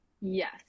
yes